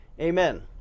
Amen